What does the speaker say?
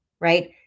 right